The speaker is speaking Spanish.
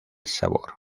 sabor